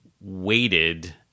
waited